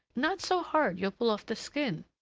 not so hard! you'll pull off the skin!